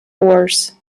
oars